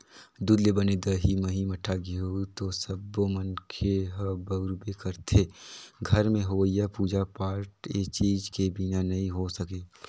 दूद ले बने दही, मही, मठा, घींव तो सब्बो मनखे ह बउरबे करथे, घर में होवईया पूजा पाठ ए चीज के बिना नइ हो सके